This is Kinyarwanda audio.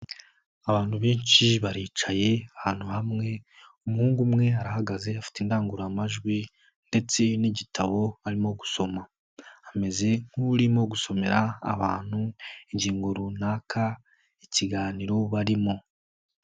Abantu benshi baricaye ahantu hamwe, umuhungu umwe arahagaze, afite indangururamajwi ndetse n'igitabo arimo gusoma, ameze nk'urimo gusomera abantu ingingo runaka ikiganiro barimo.